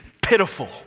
pitiful